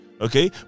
Okay